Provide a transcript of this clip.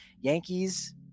Yankees